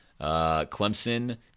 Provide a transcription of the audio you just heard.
Clemson